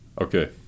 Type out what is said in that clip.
Okay